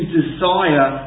desire